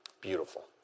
Beautiful